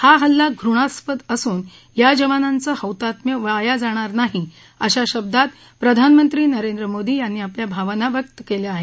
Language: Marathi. हा हल्ला घृणास्पद असून या जवानांचं हौतात्म्य वाया जाणार नाही अशा शब्दात प्रधानमंत्री नरेंद्र मोदी यांनी आपल्या भावना व्यक्त केल्या आहेत